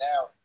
now